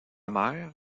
mère